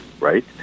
right